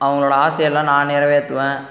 அவங்களோட ஆசை எல்லாம் நான் நிறைவேற்றுவேன்